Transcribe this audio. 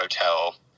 hotel